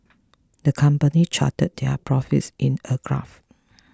the company charted their profits in a graph